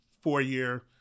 four-year